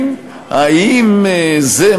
אל תיסחף.